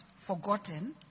forgotten